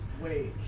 wage